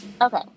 okay